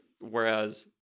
whereas